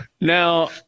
now